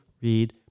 read